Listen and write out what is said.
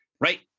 Right